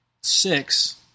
six